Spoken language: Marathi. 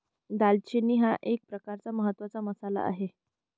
दालचिनी हा एक प्रकारचा महत्त्वाचा मसाला आहे